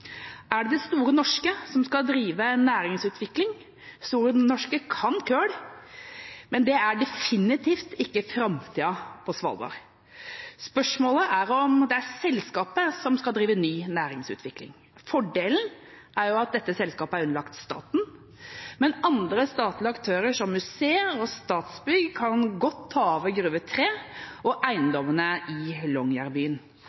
Er det Store Norske som skal drive næringsutvikling? Store Norske kan kull, men det er definitivt ikke framtida på Svalbard. Spørsmålet er om det er selskapet som skal drive ny næringsutvikling. Fordelen er jo at dette selskapet er underlagt staten, men andre statlige aktører, som museer og Statsbygg, kan godt ta over Gruve 3 og